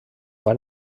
van